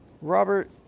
Robert